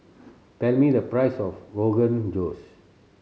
tell me the price of Rogan Josh